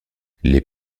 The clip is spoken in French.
les